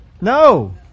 No